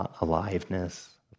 aliveness